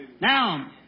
Now